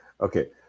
Okay